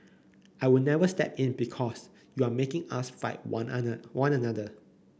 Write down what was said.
I will never step in because you are making us fight one other one another